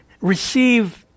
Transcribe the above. Receive